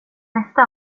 mesta